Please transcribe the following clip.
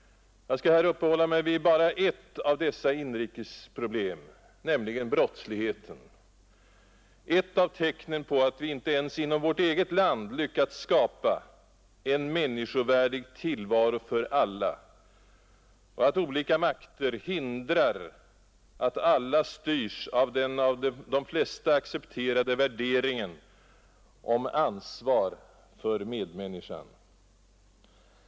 Jag skall här uppehålla mig vid bara ett av dessa inrikesproblem, nämligen brottsligheten, ett av tecknen på att vi inte ens inom vårt eget land lyckats skapa ”en människovärdig tillvaro för alla” och att olika ”makter” eller förhållanden hindrar att alla styrs av den av de flesta accepterade värderingen om ansvar för medmänniskan.